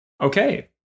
Okay